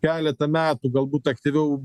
keletą metų galbūt aktyviau